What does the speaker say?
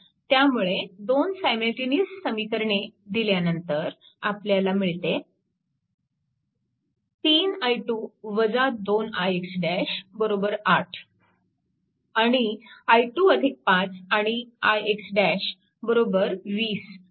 त्यामुळे दोन सायमल्टिनिअस समीकरणे दिल्यानंतर आपल्याला मिळते 3 i2 2 ix 8 आणि i2 5 आणि ix 20 आहे